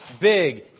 big